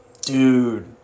dude